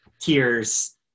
tears